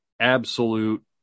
absolute